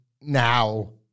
Now